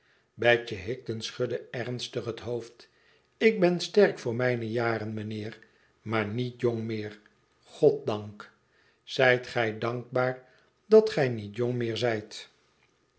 betje higden schudde ernstig het hoofd ik ben sterk voor mijne jaren mijnheer maar niet jong meer goddank zijt gij dankbaar dat gij niet jong meer zijt